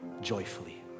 joyfully